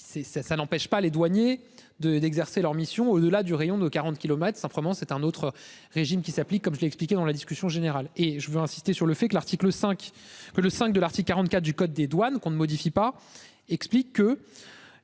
ça n'empêche pas les douaniers de d'exercer leur mission au-delà du rayon de 40 kilomètres. Simplement, c'est un autre régime qui s'applique comme je l'ai expliqué dans la discussion générale. Et je veux insister sur le fait que l'article 5 que le cinq de l'article 44 du code des douanes qu'on ne modifie pas explique que.